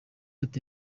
ati